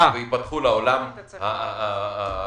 וייפתחו לעולם הכללי.